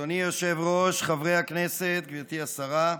אדוני היושב-ראש, חברי הכנסת, גברתי השרה,